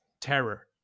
terror